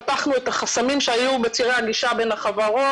פתחנו את החסמים שהיו בצירי הגישה בין החברות.